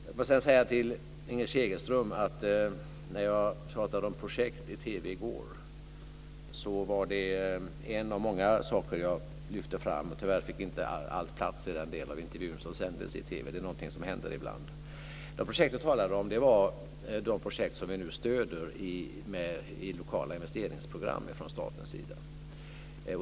Får jag sedan säga till Inger Segelström att när jag pratade om projekt i TV i går var det en av många saker som jag lyfte fram. Tyvärr fick inte allt plats i den del av intervjun som sändes i TV - det är någonting som händer ibland. De projekt jag talade om var de projekt som vi nu stöder i lokala investeringsprogram från statens sida.